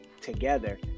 together